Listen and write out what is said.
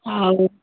ହଉ